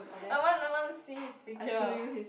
I want I want to see his picture